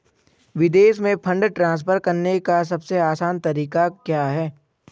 विदेश में fund transfer करने का सबसे आसान तरीका क्या है?